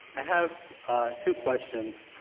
i have two questions.